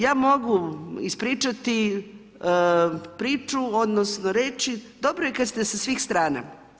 Ja mogu ispričati priču, odnosno reći, dobro je kada ste sa svih strana.